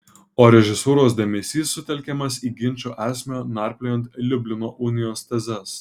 o režisūros dėmesys sutelkiamas į ginčo esmę narpliojant liublino unijos tezes